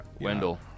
Wendell